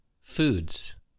foods